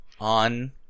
on